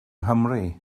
nghymru